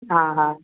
हा हा